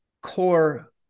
core